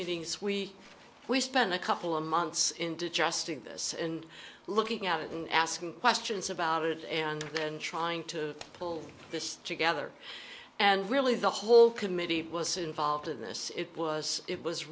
meetings we will spend a couple of months into just this and looking at it and asking questions about it and then trying to pull this together and really the whole committee was involved in this it was it was